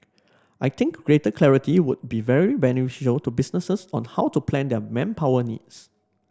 I think greater clarity would be very beneficial to businesses on how to plan their manpower needs